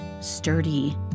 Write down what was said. sturdy